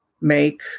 make